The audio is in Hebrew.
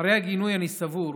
ואחרי הגינוי, אני סבור